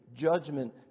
judgment